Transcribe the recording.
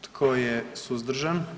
Tko je suzdržan?